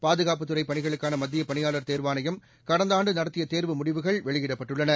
பாதுகாப்புத்துறை பணிகளுக்கான மத்தியப் பணியாளர் தேர்வாணையம் கடந்த ஆண்டு நடத்திய தேர்வு முடிவுகள் வெளியிடப்பட்டுள்ளன